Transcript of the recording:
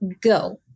go